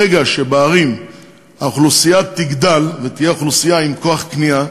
ברגע שהאוכלוסייה תגדל בערים ותהיה אוכלוסייה עם כוח קנייה,